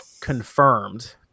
confirmed